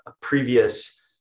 previous